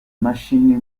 mashini